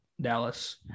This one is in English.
Dallas